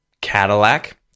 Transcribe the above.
Cadillac